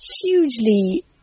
hugely